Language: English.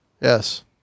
Yes